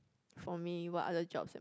for me what other jobs